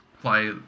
play